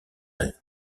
elle